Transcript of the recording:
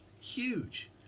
huge